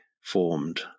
formed